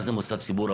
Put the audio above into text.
מה זה מוסד ציבור?